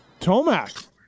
Tomac